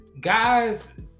guys